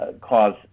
cause